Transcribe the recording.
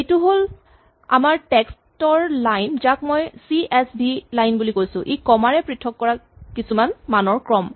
এইটো হ'ল আমাৰ টেক্স্ট ৰ লাইন যাক মই চিএচভি লাইন বুলি কৈছো ই কমা ৰে পৃথক কৰা কিছুমান মানৰ ক্ৰম